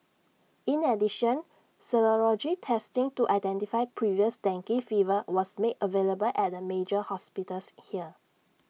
in addition serology testing to identify previous dengue favor was made available at the major hospitals here